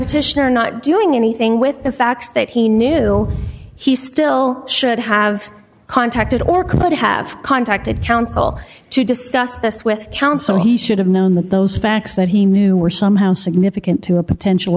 petitioner not doing anything with the facts that he knew he still should have contacted or could have contacted counsel to discuss this with counsel he should have known that those facts that he knew were somehow significant to a potential